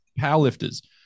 powerlifters